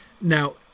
Now